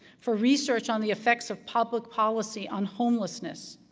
for research on the effects of public policy on homelessness,